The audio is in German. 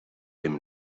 dem